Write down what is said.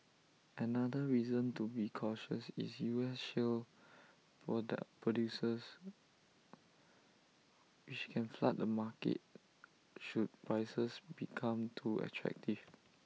another reason to be cautious is U S shale product producers which can flood the market should prices become too attractive